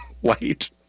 white